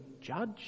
judge